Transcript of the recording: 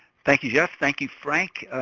thank you jeff, thank you frank.